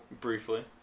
Briefly